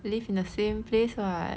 live in the same place what